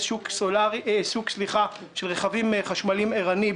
בשנה הבאה שוק ערני של רכבים חשמליים.